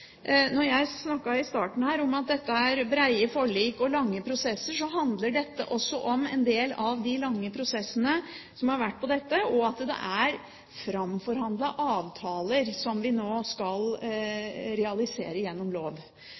når det gjelder AFP, ikke bygger på den samme logikken som pensjonssystemet og den AFP-ordningen vi har i privat sektor. I starten snakket jeg om at dette er brede forlik og lange prosesser. Dette handler også om en del av de lange prosessene som har vært på dette området, og om at det er